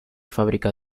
fábrica